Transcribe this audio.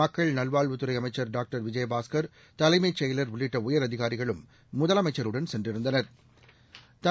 மக்கள் நல்வாழ்வுத்துறை அமைச்சா் டாக்டர் விஜயபாஸ்கள் தலைமைச் செயலர் உள்ளிட்ட உயரதிகாரிகளும் முதலமைச்சருடன் சென்றிருந்தனா்